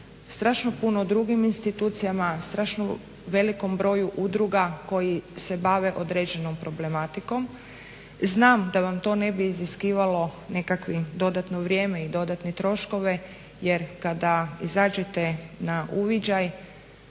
strašno puno drugim institucijama, strašno velikom broju udruga koji se bave određenom problematikom. Znam da vam to ne bi iziskivalo nekakvo dodatno vrijeme i dodatne troškove jer kada izađete na uviđaj